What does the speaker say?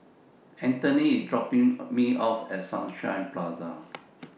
Antony IS dropping Me off At Sunshine Place